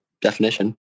definition